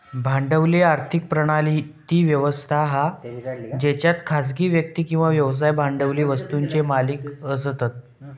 भांडवली आर्थिक प्रणाली ती व्यवस्था हा जेच्यात खासगी व्यक्ती किंवा व्यवसाय भांडवली वस्तुंचे मालिक असतत